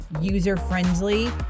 user-friendly